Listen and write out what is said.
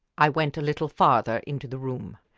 i went a little farther into the room,